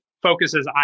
focuses